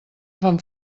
fan